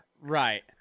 Right